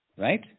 right